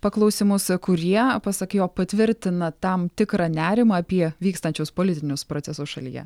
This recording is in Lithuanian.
paklausimus kurie pasak jo patvirtina tam tikrą nerimą apie vykstančius politinius procesus šalyje